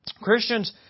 Christians